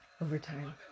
overtime